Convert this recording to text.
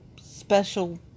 special